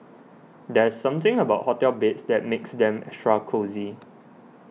there's something about hotel beds that makes them extra cosy